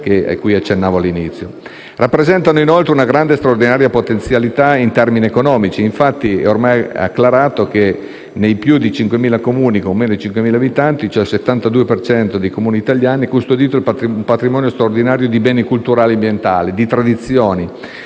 Rappresentano, inoltre, una grande e straordinaria potenzialità in termini economici. Infatti, è ormai acclarato che nei più di 5.000 Comuni con meno di 5.000 abitanti, cioè il 72 per cento dei Comuni italiani, è custodito un patrimonio straordinario di beni culturali e ambientali, tradizioni,